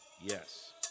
yes